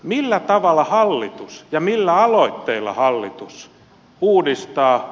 millä tavalla ja millä aloitteilla hallitus uudistaa